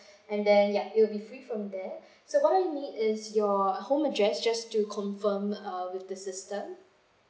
and then yup it would be free from there so what I need is your home address just to confirm uh with the system